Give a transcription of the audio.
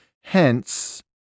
Hence